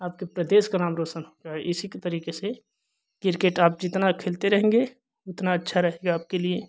आपके प्रदेश का नाम रौशन होगा इसी के तरीके से क्रिकेट आप जितना खेलते रहेंगे उतना अच्छा रहेगा आपके लिए